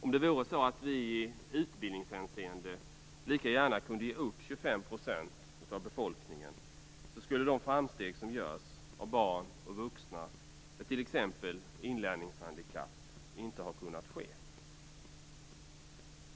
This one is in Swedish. Om det vore så, att vi i utbildningshänseende lika gärna kunde ge upp 25 % av befolkningen, skulle de framsteg som görs av t.ex. barn och vuxna med inlärningshandikapp inte ha kunnat ske.